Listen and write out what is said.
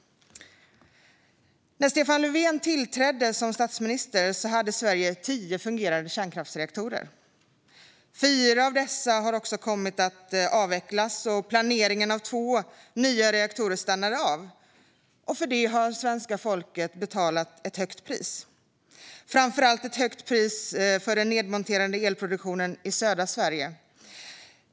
När Stefan Löfven tillträdde som statsminister hade Sverige tio fungerande kärnkraftsreaktorer. Fyra av dessa har avvecklats, och planeringen av två nya reaktorer har stannat av. För detta har svenska folket betalat ett högt pris, framför allt ett högt pris för den nedmonterade elproduktionen i södra Sverige.